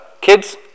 kids